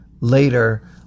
later